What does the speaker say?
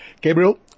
Gabriel